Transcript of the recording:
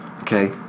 okay